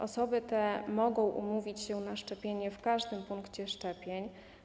Osoby te mogą umówić się na szczepienie w każdym punkcie szczepień.